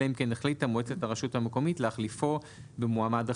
אלא אם כן החליטה מועצת הרשות המקומית להחליפו במועמד אחר."